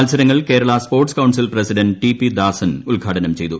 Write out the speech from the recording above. മത്സരങ്ങൾ Kerala sports council president T P Dasan ഉദ്ഘാടനം ചെയ്തു